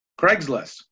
Craigslist